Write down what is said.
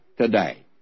today